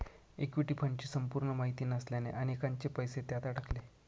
equity फंडची संपूर्ण माहिती नसल्याने अनेकांचे पैसे त्यात अडकले